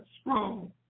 strong